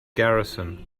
garrison